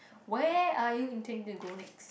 where are you intending to go next